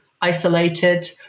isolated